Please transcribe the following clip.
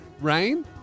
rain